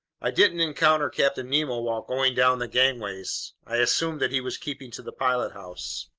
i didn't encounter captain nemo while going down the gangways. i assumed that he was keeping to the pilothouse.